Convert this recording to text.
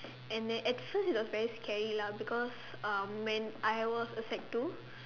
and then at first it was very scary lah because um when I was a sec two